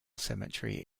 cemetery